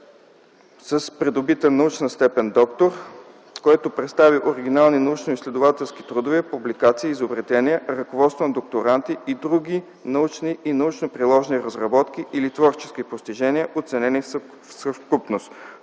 с придобита научна степен „доктор”, което представи оригинални научноизследователски трудове, публикации, изобретения, ръководство на докторанти и други научни и научно-приложни разработки или творчески постижения, оценени в съвкупност.